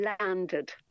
Landed